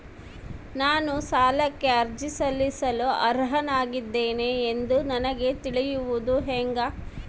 ನಾನು ಸಾಲಕ್ಕೆ ಅರ್ಜಿ ಸಲ್ಲಿಸಲು ಅರ್ಹನಾಗಿದ್ದೇನೆ ಎಂದು ನನಗ ತಿಳಿಯುವುದು ಹೆಂಗ?